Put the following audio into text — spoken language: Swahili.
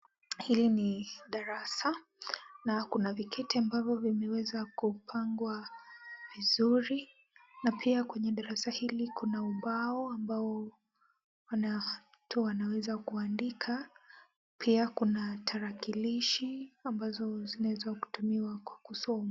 Hili ni darasa na kuna viketi ambavyo vimeweza kupangwa vizuri na pia kwenye darasa hili kuna ubao ambao wanafunzi wanaweza kuandika pia kuna tarakilishi ambazo zinaweza kutumiwa kwa kusoma.